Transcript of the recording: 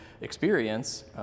experience